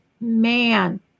man